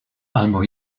albo